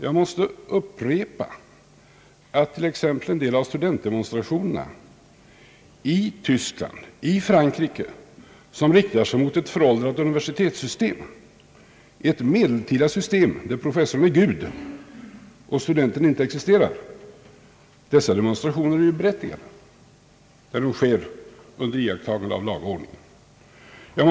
Jag måste upprepa, att en del av studentdemonstrationerna i exempelvis Tyskland och Frankrike, som riktar sig mot ett föråldrat universitetssystem, ett medeltida system där professorn är en gud och studenten inte har någon talan, är berättigade när de sker under iakttagande av lag och ordning.